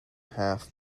half